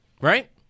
Right